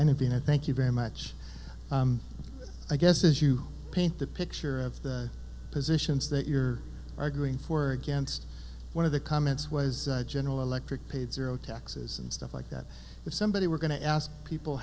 and i've been i thank you very much i guess as you paint the picture of the positions that you're arguing for or against one of the comments was general electric paid zero taxes and stuff like that if somebody were going to ask people